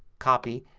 copy,